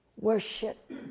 Worship